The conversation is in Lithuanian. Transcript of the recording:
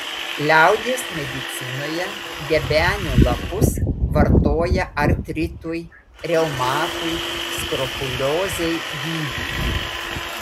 liaudies medicinoje gebenių lapus vartoja artritui reumatui skrofuliozei gydyti